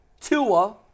Tua